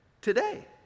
today